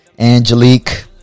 Angelique